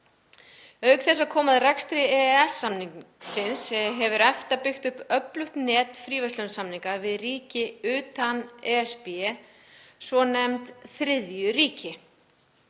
Auk þess að koma að rekstri EES-samningsins hefur EFTA byggt upp öflugt net fríverslunarsamninga við ríki utan ESB, svonefnd þriðju ríki.